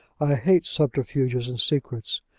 i hate subterfuges and secrets.